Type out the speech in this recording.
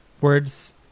words